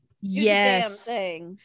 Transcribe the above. yes